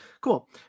cool